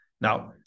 Now